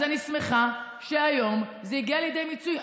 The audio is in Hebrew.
אז אני שמחה שהיום זה הגיע לידי מיצוי.